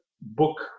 book